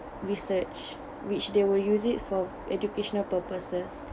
research which they will use it for educational purposes